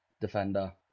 defender